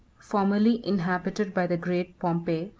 formerly inhabited by the great pompey,